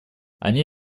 они